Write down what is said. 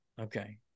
Okay